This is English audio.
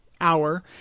hour